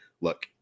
look